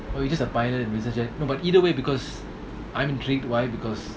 or he's just a pilot no but either way because I'm intrigued why because